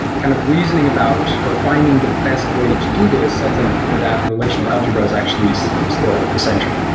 kind of reasoning about or finding the best way to do this, i think for that relational algebra is actually so still essential.